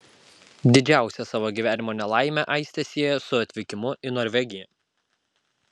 didžiausią savo gyvenimo nelaimę aistė sieja su atvykimu į norvegiją